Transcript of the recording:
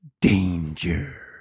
Danger